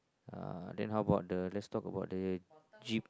uh then how about the let's talk about the jeep